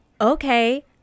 okay